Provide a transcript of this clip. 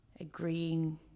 agreeing